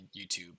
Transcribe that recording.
YouTube